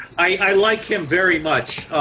i like him very much.